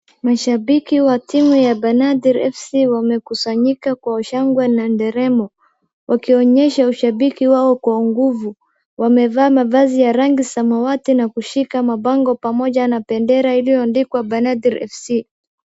Mashambiki wa timu ya Bandari Fc wamekusanyika kwa ushangwe na nderemo, wakionyesha ushambiki wao kwa unguvu. Wamevaa mavazi ya rangi samawati na kushika mabango pamoja na bendera ilioandikwa Bandari Fc .